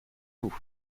nous